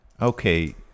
okay